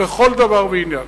לכל דבר ועניין,